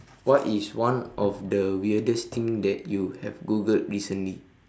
what is one of the weirdest thing that you have googled recently